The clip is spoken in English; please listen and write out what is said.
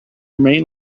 remain